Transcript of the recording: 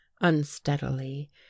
unsteadily